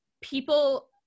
people